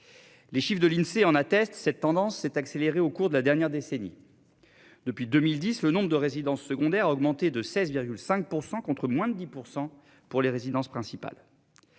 Les chiffres de l'Insee en atteste cette tendance s'est accélérée au cours de la dernière décennie. Depuis 2010 le nombre de résidences secondaires a augmenté de 16,5%, contre moins de 10% pour les résidences principales.